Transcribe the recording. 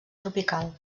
tropical